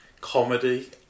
comedy